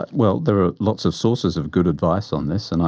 but well, there are lots of sources of good advice on this, and